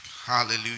Hallelujah